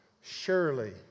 Surely